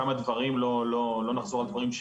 חשוב לי להגיד שבהקשר של רשות החדשנות,